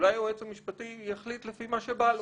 אולי היועץ המשפטי יחליט לפי מה שבא לו,